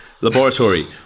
Laboratory